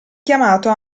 chiamato